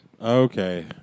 Okay